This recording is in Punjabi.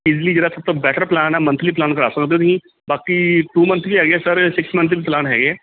ਇਜ਼ਲੀ ਜਿਹੜਾ ਸਭ ਤੋਂ ਬੈਟਰ ਪਲਾਨ ਆ ਮੰਥਲੀ ਪਲਾਨ ਕਰਾ ਸਕਦੇ ਹੋ ਤੁਸੀਂ ਬਾਕੀ ਟੂ ਮੰਥ ਵੀ ਹੈਗੇ ਆ ਸਰ ਸਿਕਸ ਮੰਥ ਵੀ ਪਲਾਨ ਹੈਗੇ ਆ